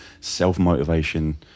self-motivation